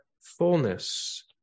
fullness